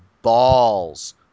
balls